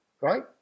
Right